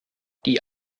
die